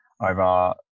over